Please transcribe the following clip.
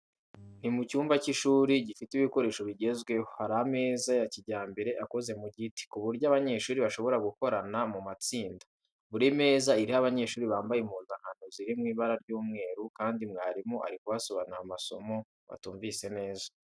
Ni mu cyumba cy’ishuri gifite ibikoresho bigezweho, hari ameza ya kijyambere akoze mu giti, ku buryo abanyeshuri bashobora gukorana mu matsinda. Buri meza iriho abanyeshuri bambaye impuzankano ziri mu ibara ry'umweru, kandi mwarimu ari kubasobanurira amasomo batumvise neza.